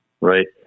right